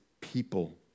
people